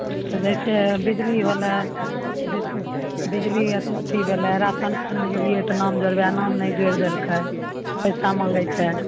तऽ जैसे बिजली होलै जैसे बिजली अत अथी भेलै राशन कार्डमे गेलियै तऽ नाम जोरबै नाम नहि जोरि देलकै पैसा मांगै छै